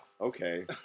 okay